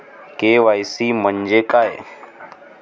KYC म्हंजे काय?